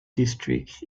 district